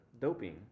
doping